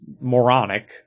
moronic